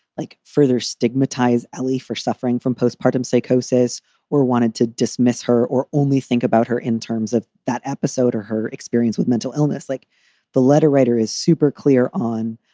like, further stigmatize ali for suffering from postpartum psychosis or wanted to dismiss her or only think about her in terms of that episode or her experience with mental illness. like the letter writer is super clear on.